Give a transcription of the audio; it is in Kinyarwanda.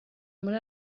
muri